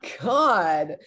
god